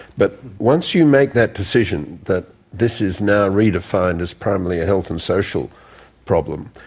but once you make that decision that this is now redefined as primarily a health and social problem,